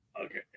okay